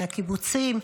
מהקיבוצים,